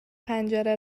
پنجره